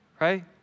right